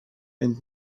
and